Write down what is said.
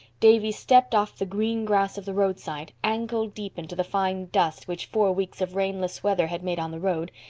davy stepped off the green grass of the roadside, ankle deep into the fine dust which four weeks of rainless weather had made on the road,